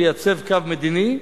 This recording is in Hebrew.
לייצב קו מדיני בעולם,